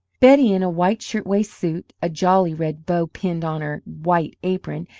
betty, in a white shirt-waist suit, a jolly red bow pinned on her white apron,